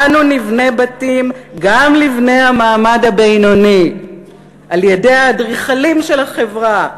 אנו נבנה בתים גם לבני המעמד הבינוני על-ידי האדריכלים של ה"חברה".